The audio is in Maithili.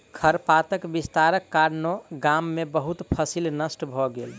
खरपातक विस्तारक कारणेँ गाम में बहुत फसील नष्ट भ गेल